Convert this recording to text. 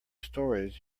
storeys